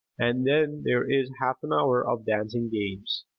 and then there is half an hour of dancing games.